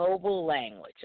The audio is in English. language